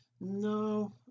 no